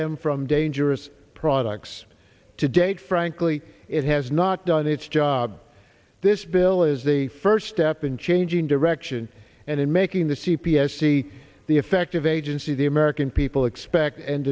them from dangerous products to date frankly it has not done its job this bill is the first step in changing direction and in making the c p s see the effect of agency the american people expect and